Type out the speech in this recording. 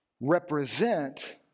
represent